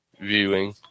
viewing